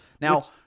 Now